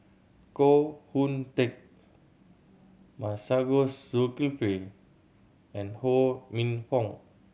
Koh Hoon Teck Masagos Zulkifli and Ho Minfong